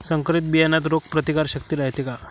संकरित बियान्यात रोग प्रतिकारशक्ती रायते का?